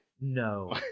No